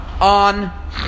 on